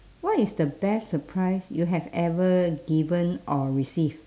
what is the best surprise you have ever given or received